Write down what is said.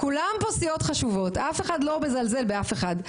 כולן סיעות חשובות, ואף אחד לא מזלזל באף אחד.